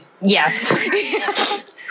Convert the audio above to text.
Yes